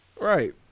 Right